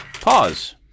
pause